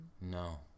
No